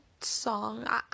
song